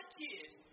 kids